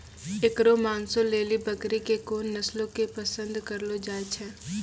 एकरो मांसो लेली बकरी के कोन नस्लो के पसंद करलो जाय छै?